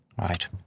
Right